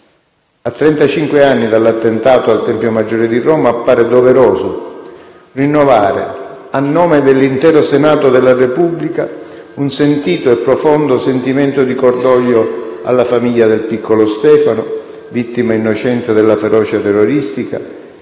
anni dall'attentato al Tempio maggiore di Roma, appare doveroso rinnovare, a nome dell'intero Senato della Repubblica, un sentito e profondo sentimento di cordoglio alla famiglia del piccolo Stefano, vittima innocente della ferocia terroristica,